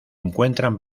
encuentran